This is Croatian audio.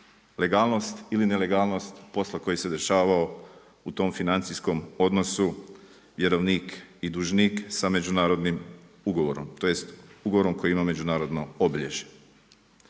legalnost ili nelegalnost posla koji se dešavao u tom financijskom odnosu vjerovnik i dužnik sa međunarodnim ugovorom, tj. ugovorom koji ima međunarodno obilježje.